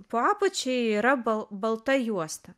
po apačia yra balta juosta